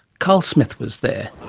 carl smith was there.